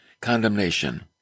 condemnation